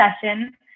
session